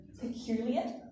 Peculiar